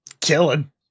killing